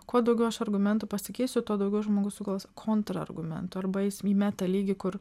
kuo daugiau aš argumentų pasakysiu tuo daugiau žmogus sugaus kontrargumentų arba jis mymeta lygį kur